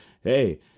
hey